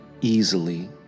easily